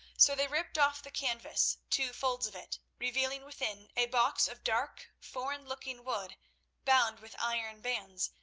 so they ripped off the canvas, two folds of it, revealing within a box of dark, foreign looking wood bound with iron bands,